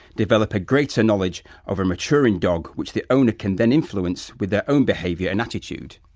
develop a greater knowledge of a maturing dog which the owner can then influence with their own behaviour and attitude.